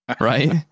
Right